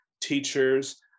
teachers